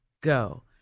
go